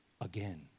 again